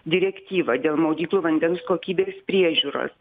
direktyva dėl maudyklų vandens kokybės priežiūros